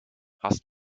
hast